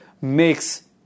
makes